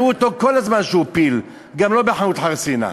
הראו אותו כל הזמן שהוא פיל גם לא בחנות חרסינה,